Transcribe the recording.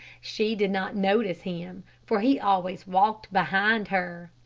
she did not notice him, for he always walked behind her.